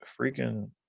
Freaking